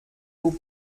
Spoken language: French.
vous